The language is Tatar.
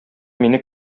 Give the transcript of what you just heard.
мине